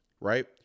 Right